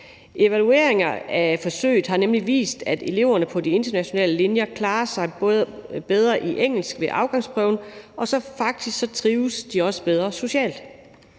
Evalueringer af forsøget har nemlig vist, at eleverne på de internationale linjer klarer sig bedre i engelsk ved afgangsprøven, og faktisk trives de også bedre socialt.